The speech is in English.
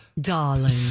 Darling